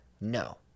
No